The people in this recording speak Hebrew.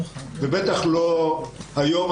ובטח לא היום,